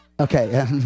Okay